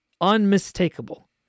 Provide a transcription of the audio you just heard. unmistakable